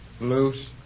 Loose